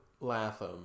Latham